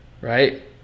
right